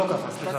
לא ככה, סליחה.